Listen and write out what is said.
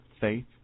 faith